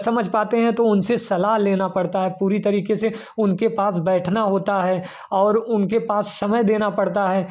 समझ पाते हैं तो उनसे सलाह लेना पड़ता है पूरी तरीके से उनके पास बैठना होता है और उनके पास समय देना पड़ता है